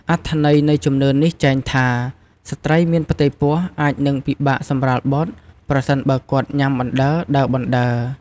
អត្ថន័យនៃជំនឿនេះចែងថា ស្ត្រីមានផ្ទៃពោះអាចនឹងពិបាកសម្រាលបុត្រ ប្រសិនបើគាត់ញ៉ាំបណ្តើរដើរបណ្តើរ។